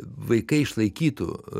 vaikai išlaikytų